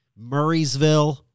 Murraysville